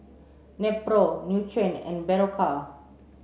Nepro Nutren and Berocca